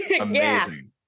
Amazing